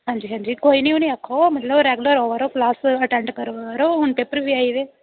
हां जी हां जी कोई नी उ'नें आक्खो मतलब रेगुलर आवा करो क्लास अटेंड करै करो हून पेपर बी आई गेदे